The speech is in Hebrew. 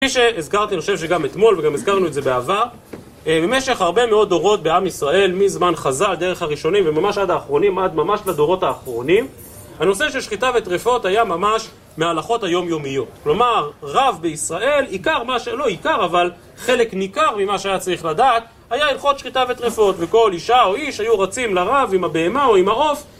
כפי שהזכרתי, אני חושב שגם אתמול, וגם הזכרנו את זה בעבר, במשך הרבה מאוד דורות בעם ישראל, מזמן חז״ע דרך הראשונים, וממש עד האחרונים, עד ממש לדורות האחרונים, הנושא של שחיטה וטרפות היה ממש מההלכות היומיומיות. כלומר, רב בישראל, עיקר מה שלא עיקר, אבל חלק ניכר ממה שהיה צריך לדעת, היה הלכות שחיטה וטרפות, וכל אישה או איש היו רצים לרב, עם הבהמה או עם העוף